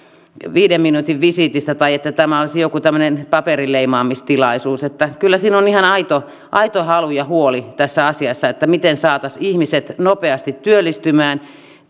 viiden minuutin visiitistä tai että tämä olisi joku paperinleimaamistilaisuus kyllä siinä on ihan aito halu ja huoli tässä asiassa miten saataisiin ihmiset nopeasti työllistymään